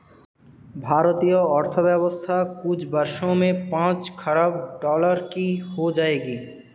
भारतीय अर्थव्यवस्था कुछ वर्षों में पांच खरब डॉलर की हो जाएगी